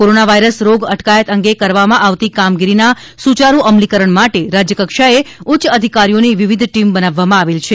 corona virus રોગ અટકાયત અંગે કરવામાં આવતી કામગીરીના સુચારૂ અમલીકરણ માટે રાજયકક્ષાએ ઉચ્ય અધિકારીઓની વિવિધ ટીમ બનાવવામાં આવેલ છે